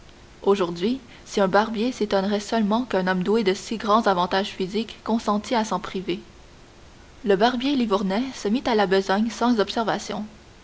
aujourd'hui un barbier s'étonnerait seulement qu'un homme doué de si grands avantages physiques consentît à s'en priver le barbier livournais se mit à la besogne sans